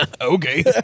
Okay